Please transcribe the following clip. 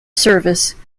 service